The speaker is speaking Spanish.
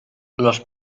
los